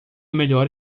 melhor